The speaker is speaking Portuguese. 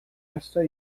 esta